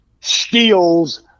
steals